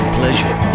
pleasure